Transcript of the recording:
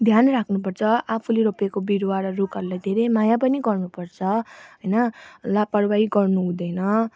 ध्यान राख्नु पर्छ आफूले रोपेको बिरुवा र रुखहरूलाई धेरै माया पनि गर्नुपर्छ होइन लापर्बाही गर्नु हुँदैन